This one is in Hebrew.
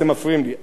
אתם מפריעים לי,